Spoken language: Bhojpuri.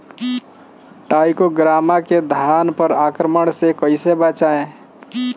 टाइक्रोग्रामा के धान पर आक्रमण से कैसे बचाया जाए?